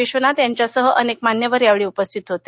विश्वनाथ यांच्यासह अनेक मान्यवर यावेळी उपस्थित होते